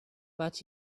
but